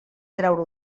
treure